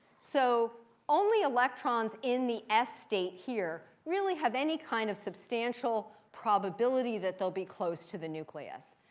so only electrons in the s state here really have any kind of substantial probability that they'll be close to the nucleus.